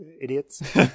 Idiots